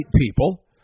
people